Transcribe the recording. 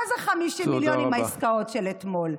מה זה 50 מיליון עם העסקאות של אתמול?